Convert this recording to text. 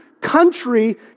country